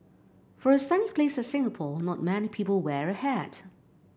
for a sunny place like Singapore not many people wear a hat